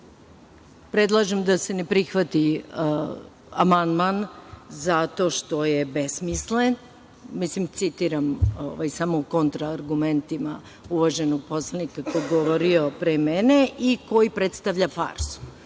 koristio. Predlažem da se ne prihvati amandman zato što je besmislen, mislim citiram samo u kontra argumentima uvaženog poslanika koji je govorio pre mene i koji predstavlja farsu.